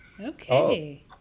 Okay